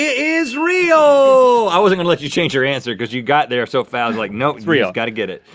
is real! so i wasn't gonna let you change your answer, cause you got there so fast, i was like, nope! he's gotta get it.